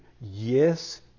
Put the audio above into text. Yes